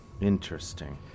Interesting